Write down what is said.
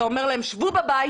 אתה אומר להם, שבו בבית,